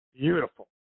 beautiful